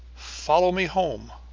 follow me home.